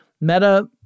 Meta